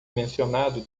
mencionado